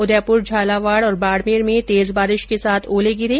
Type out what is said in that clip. उदयपुर झालावाड़ और बाडमेर में तेज बारिश के साथ ओले गिरे